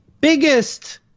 biggest